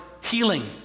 healing